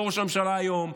לא ראש הממשלה היום,